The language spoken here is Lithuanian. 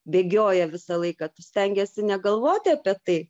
bėgioja visą laiką tu stengiesi negalvoti apie tai